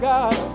God